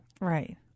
Right